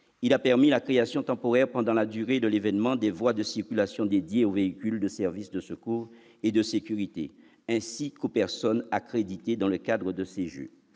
il autorise la création temporaire, pendant la durée de l'événement, de voies de circulation dédiées aux véhicules de services de secours et de sécurité, ainsi qu'aux personnes accréditées dans le cadre de ces jeux.